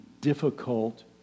difficult